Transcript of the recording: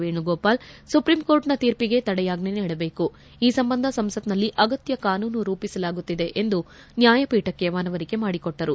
Venugopal supreme ಕೋರ್ಟ್ನ ತೀರ್ಪಿಗೆ ತಡೆಯಾಜ್ಜೆ ನೀಡಬೇಕು ಈ ಸಂಬಂಧ ಸಂಸತ್ನಲ್ಲಿ ಅಗತ್ಯ ಕಾನೂನು ರೂಪಿಸಲಾಗುತ್ತಿದೆ ಎಂದು ನ್ಯಾಯಪೀಠಕ್ಕೆ ಮನವರಿಕೆ ಮಾಡಿಕೊಟ್ಲರು